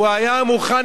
הוא היה מוכן